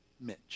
Mitch